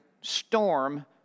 storm